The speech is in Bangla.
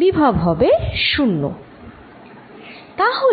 বিভব হবে 0